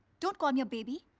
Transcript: don't call me a baby.